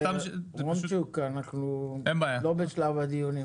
רונצ'וק, אנחנו לא בשלב הדיונים.